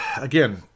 again